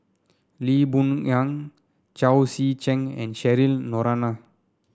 Lee Boon Ngan Chao Tzee Cheng and Cheryl Noronha